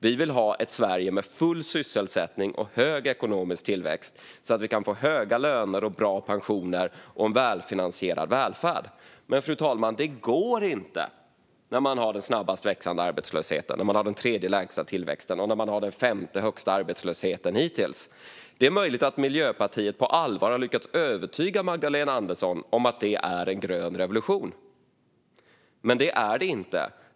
Vi vill ha ett Sverige med full sysselsättning och hög ekonomisk tillväxt, så att vi kan få höga löner, bra pensioner och en välfinansierad välfärd. Men, fru talman, det går inte när man har den snabbast växande arbetslösheten, när man har den tredje lägsta tillväxten och när man har den femte högsta arbetslösheten hittills. Det är möjligt att Miljöpartiet på allvar har lyckats övertyga Magdalena Andersson om att det är en grön revolution, men det är det inte.